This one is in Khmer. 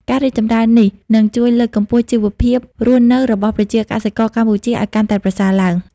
ការរីកចម្រើននេះនឹងជួយលើកកម្ពស់ជីវភាពរស់នៅរបស់ប្រជាកសិករកម្ពុជាឲ្យកាន់តែប្រសើរឡើង។